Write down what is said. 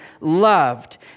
loved